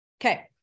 Okay